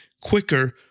quicker